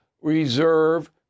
reserve